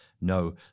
No